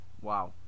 Wow